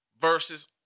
Versus